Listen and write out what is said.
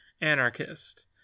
anarchist